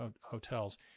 hotels